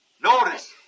Notice